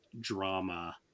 drama